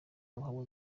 wahabwa